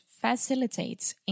facilitates